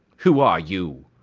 who are you?